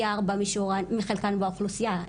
פי ארבע מחלקן באוכלוסייה,